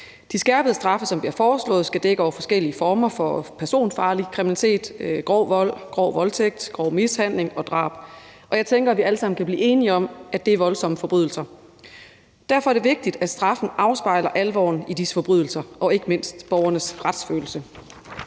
De skærpede straffe, som bliver foreslået, skal dække over forskellige former for personfarlig kriminalitet: grov vold, grov voldtægt, grov mishandling og drab. Og jeg tænker, at vi alle sammen kan blive enige om, at det er voldsomme forbrydelser. Derfor er det vigtigt, at straffen afspejler alvoren i disse forbrydelser og ikke mindst borgernes retsfølelse.